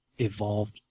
evolved